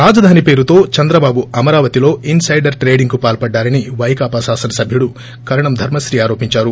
రాజధాని పేరుతో చంద్రబాబు అమరావతిలో ఇన్సైడర్ ట్రేడింగ్కు పాల్పడ్డారని వైకాపా శాసనసభ్యుడు కరణం ధర్మశ్రీ ఆరోపించారు